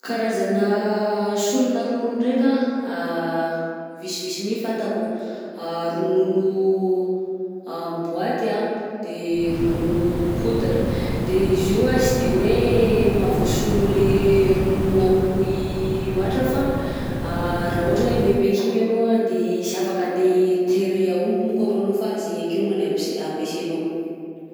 Karazana solonà ronono ndraika anh, visivisy mi fantako: ronono am'boaty anh de ronono poudre. _x000D_ De izy io anh sy de hoe mahavoasolo lay rononon'aomby loatra fa raha ohatra hoe maimaika igny anao anh de sy afaka andeha hitery aomby monko arô anao fa zaigny akeo longany ampisai- ampiasainao.